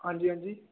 ਹਾਂਜੀ ਹਾਂਜੀ